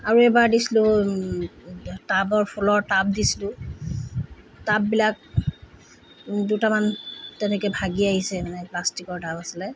আৰু এবাৰ দিছিলোঁ টাবৰ ফুলৰ টাব দিছিলোঁ টাববিলাক দুটামান তেনেকৈ ভাগি আহিছে মানে প্লাষ্টিকৰ টাব আছিলে